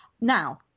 Now